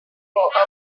couple